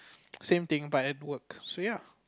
same thing but at work so ya